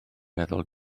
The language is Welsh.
meddwl